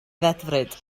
ddedfryd